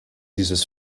dieses